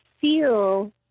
feel